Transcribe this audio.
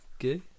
Okay